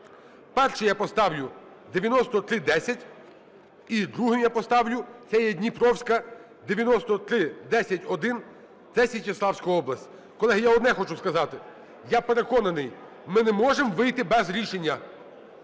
Першим я поставлю 9310 і другим я поставлю (це є Дніпровська) 9310-1 – це Січеславська область. Колеги, я одне хочу сказати, я переконаний, ми не можемо вийти без рішення.